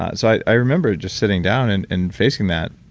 ah so i remember just sitting down and and facing that,